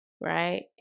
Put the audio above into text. right